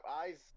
eyes